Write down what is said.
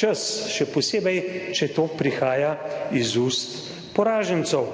čas, še posebej, če to prihaja iz ust poražencev.